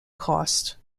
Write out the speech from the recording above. cost